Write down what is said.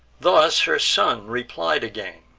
thus her son replied again